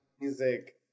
music